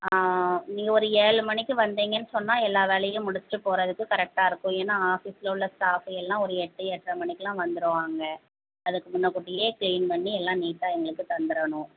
ஆ நீங்கள் ஒரு ஏழு மணிக்கு வந்தீங்கன்னு சொன்னால் எல்லா வேலையும் முடிச்சுட்டு போறதுக்கு கரெக்டாக இருக்கும் ஏனால் ஆஃபீஸில் உள்ள ஸ்டாஃப்பு எல்லாம் ஒரு எட்டு எட்டரை மணிக்கெலாம் வந்துடுவாங்க அதுக்கு முன்னக்கூட்டியே க்ளீன் பண்ணி எல்லாம் நீட்டாக எங்களுக்கு தந்துடணும்